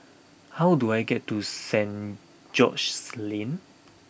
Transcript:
how do I get to Saint George's Lane